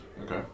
Okay